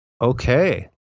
Okay